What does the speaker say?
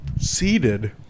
seated